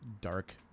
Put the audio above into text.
dark